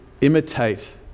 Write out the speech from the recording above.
imitate